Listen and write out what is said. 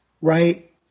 right